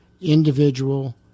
individual